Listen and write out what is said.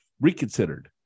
reconsidered